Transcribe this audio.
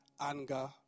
anger